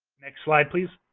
next slide, please.